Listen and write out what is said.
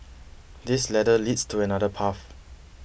this ladder leads to another path